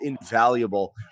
invaluable